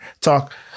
talk